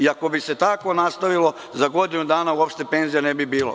Ako bi se tako nastavilo za godinu dana uopšte penzija ne bi bilo.